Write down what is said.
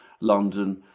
London